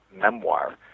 memoir